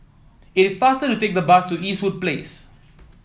it is faster to take the bus to Eastwood Place